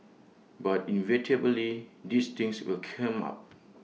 but inevitably these things will come up